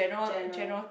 general